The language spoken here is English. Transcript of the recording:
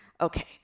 Okay